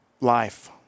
life